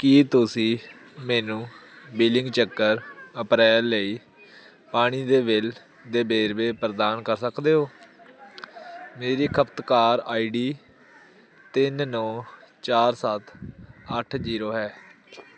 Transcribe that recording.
ਕੀ ਤੁਸੀਂ ਮੈਨੂੰ ਬਿਲਿੰਗ ਚੱਕਰ ਅਪ੍ਰੈਲ ਲਈ ਪਾਣੀ ਦੇ ਬਿੱਲ ਦੇ ਵੇਰਵੇ ਪ੍ਰਦਾਨ ਕਰ ਸਕਦੇ ਹੋ ਮੇਰੀ ਖਪਤਕਾਰ ਆਈ ਡੀ ਤਿੰਨ ਨੌ ਚਾਰ ਸੱਤ ਅੱਠ ਜੀਰੋ ਹੈ